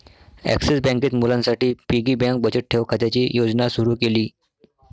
axis बँकेत मुलांसाठी piggy bank बचत ठेव खात्याची योजना सुरू केली